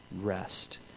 rest